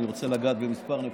אני רוצה לגעת בכמה נקודות.